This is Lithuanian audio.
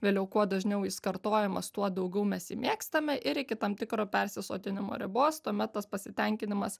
vėliau kuo dažniau jis kartojamas tuo daugiau mes jį mėgstame ir iki tam tikro persisotinimo ribos tuomet tas pasitenkinimas